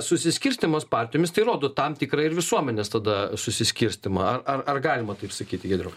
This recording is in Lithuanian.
susiskirstymas partijomis tai rodo tam tikra ir visuomenės tada susiskirstymą ar ar ar galima taip sakyti giedriau